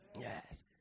Yes